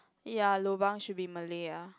ya lobang should be Malay ah